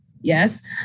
Yes